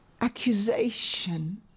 accusation